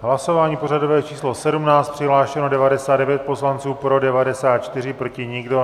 Hlasování pořadové číslo 17, přihlášeno 99 poslanců, pro 94, proti nikdo.